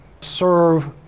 serve